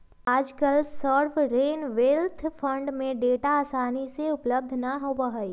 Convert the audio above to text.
आजकल sovereign wealth fund के data आसानी से उपलब्ध ना होबा हई